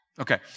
okay